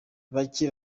bake